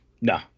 No